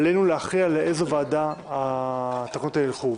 עלינו להכריע לאיזו ועדה התקנות האלה ילכו.